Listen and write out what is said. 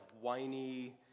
whiny